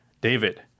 David